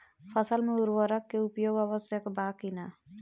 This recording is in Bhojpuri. फसल में उर्वरक के उपयोग आवश्यक बा कि न?